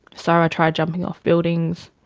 so i tried jumping off buildings,